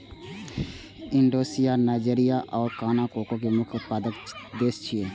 Indonesia, Nigeria आ Ghana cocoa के मुख्य उत्पादक देश छियै